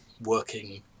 working